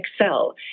excel